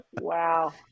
Wow